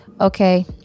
Okay